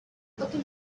looking